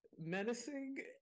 menacing